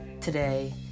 today